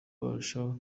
barushaho